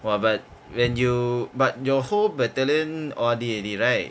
!wah! but when you but your whole battalion O_R_D already right